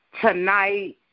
tonight